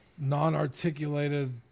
non-articulated